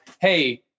hey